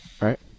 right